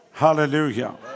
Hallelujah